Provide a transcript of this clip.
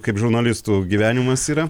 kaip žurnalistų gyvenimas yra